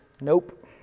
nope